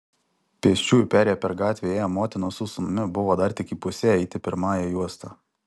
pėsčiųjų perėja per gatvę ėję motina su sūnumi buvo dar tik įpusėję eiti pirmąja juosta